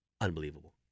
Unbelievable